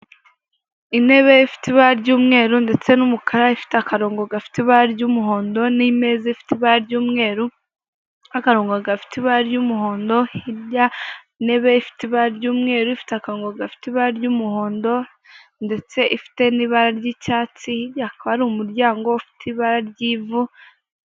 Urubyiruko cyangwa abari n'abategarugori bakunze kuba bafite amaduka agiye atandukanye kandi anacuruza ku mugabane w'afurika, aho tuba dusaba umugabane w'afurika kuba wajya mu basaza bamaze gihe mu kugura cyangwa kugurisha bakoresheje ikoranabuhanga.